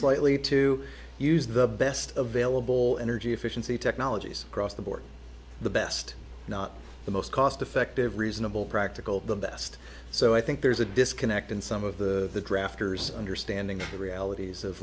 slightly to use the best available energy efficiency technologies cross the board the best not the most cost effective reasonable practical the best so i think there's a disconnect in some of the drafters understanding the realities of